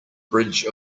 bridge